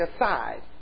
aside